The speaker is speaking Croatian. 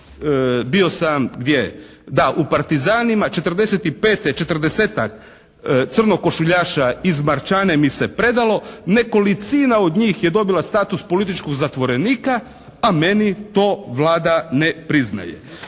bio sam, gdje? Da, u partizanima. 1945., 40-tak crnokošuljaša iz Maršane mi se predalo. Nekolicina od njih je dobila status političkog zatvorenika a meni to Vlada ne priznaje.»